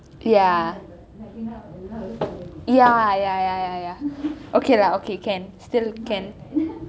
ya ya ya ya ya ya okay lah okay can still not that bad